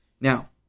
Now